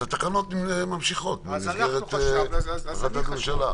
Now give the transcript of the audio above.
אז התקנות ממשיכות במסגרת החלטת ממשלה.